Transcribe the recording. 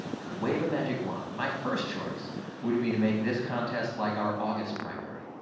could wave a magic wand, my first choice would be to make this contest like our august primary.